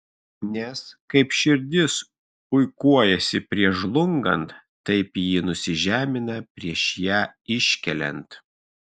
nes kaip širdis puikuojasi prieš žlungant taip ji nusižemina prieš ją iškeliant